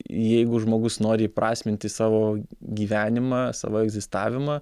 jeigu žmogus nori įprasminti savo gyvenimą savo egzistavimą